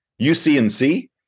UCNC